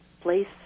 place